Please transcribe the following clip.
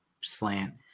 slant